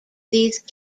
these